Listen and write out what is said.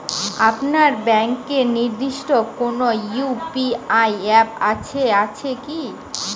আপনার ব্যাংকের নির্দিষ্ট কোনো ইউ.পি.আই অ্যাপ আছে আছে কি?